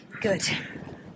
Good